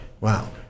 Wow